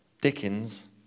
Dickens